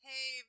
Hey